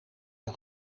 een